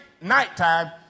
nighttime